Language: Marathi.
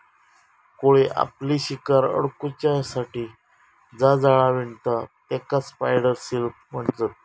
कोळी आपली शिकार अडकुच्यासाठी जा जाळा विणता तेकाच स्पायडर सिल्क म्हणतत